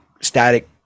Static